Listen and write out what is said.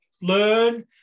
learn